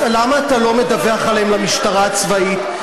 אז למה אתה לא מדווח עליהם למשטרה הצבאית?